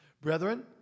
Brethren